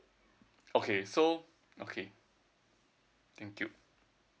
okay so okay thank you